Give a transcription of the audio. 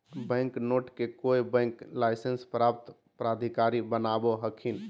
bank note के कोय bank licence प्राप्त प्राधिकारी बनावो हखिन